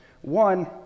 one